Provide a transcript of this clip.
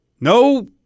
No